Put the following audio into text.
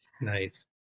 Nice